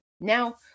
Now